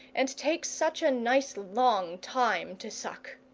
and takes such a nice long time to suck!